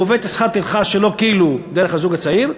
שגובה את שכר הטרחה שלו כאילו דרך הזוג הצעיר,